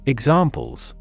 Examples